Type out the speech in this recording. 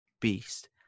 beast